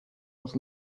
was